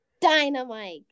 Dynamite